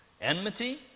enmity